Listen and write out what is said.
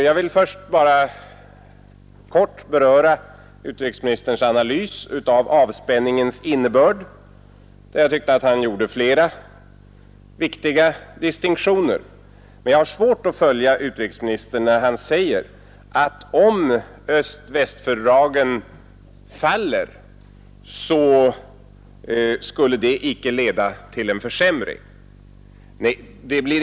Jag vill först bara kort beröra utrikesministerns analys av avspänningens innebörd, där jag tyckte att han gjorde flera viktiga distinktioner. Men jag har svårt att följa utrikesministern när han säger att om öst-västfördragen faller så skulle det icke leda till en försämring.